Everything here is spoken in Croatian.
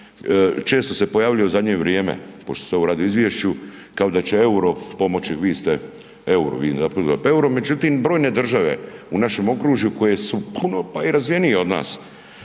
često se pojavljuje u zadnje vrijeme pošto se ovo radi o izvješću kao da će EUR-o pomoći, vi ste, vi …/nerazumljivo/… EUR-o međutim brojne države u našem okružuju koje su puno pa i razvijenije od nas